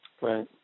Right